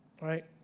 right